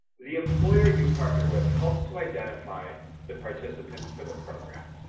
the employer you partner with helps to identify the participants for the program.